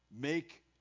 make